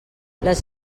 les